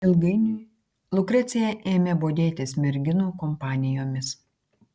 ilgainiui lukrecija ėmė bodėtis merginų kompanijomis